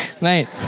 Mate